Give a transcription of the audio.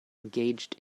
engaged